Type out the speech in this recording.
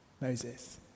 Moses